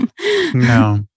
No